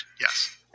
Yes